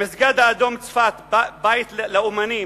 המסגד האדום בצפת, בית לאמנים,